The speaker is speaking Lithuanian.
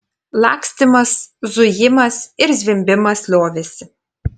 lakstymas zujimas ir zvimbimas liovėsi